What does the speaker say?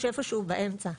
יש איפשהו באמצע,